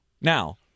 Now